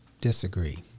disagree